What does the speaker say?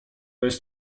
jest